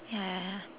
ya ya ya